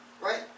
Right